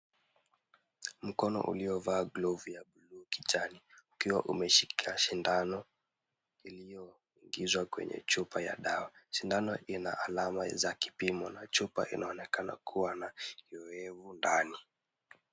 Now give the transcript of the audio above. Mkono uliovaa glovu ya bluu na kijani, ukiwa umeshika sindano iliyoingizwa kwenye chupa ya dawa. Sindano ina alama za kipimo na chupa inaonekana kuwa na uowevu ndani.